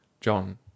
john